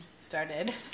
started